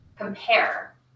compare